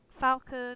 Falcon